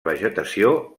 vegetació